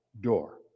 door